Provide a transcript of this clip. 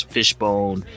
Fishbone